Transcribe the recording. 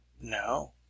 no